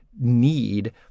need